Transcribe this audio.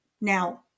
Now